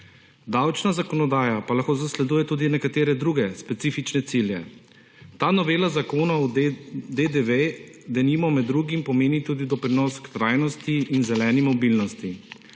Davčna zakonodaja pa lahko zasleduje tudi nekatere druge specifične cilje. Ta novela Zakona o DDV, denimo, med drugim pomeni tudi doprinos k trajnostni in zeleni mobilnosti.